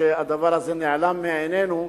מפני שהדבר הזה נעלם מעינינו,